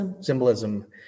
symbolism